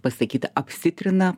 pasakyt apsitrina